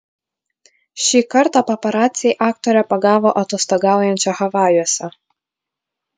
šį kartą paparaciai aktorę pagavo atostogaujančią havajuose